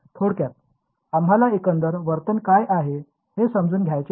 थोडक्यात आम्हाला एकंदर वर्तन काय आहे हे जाणून घ्यायचे असते